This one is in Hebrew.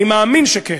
אני מאמין שכן,